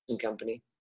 company